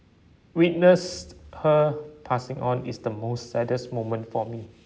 witnessed her passing on is the most saddest moment for me